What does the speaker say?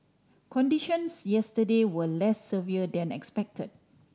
conditions yesterday were less severe than expected